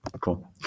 Cool